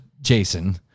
jason